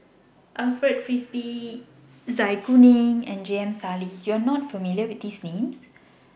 Alfred Frisby Zai Kuning and J M Sali YOU Are not familiar with These Names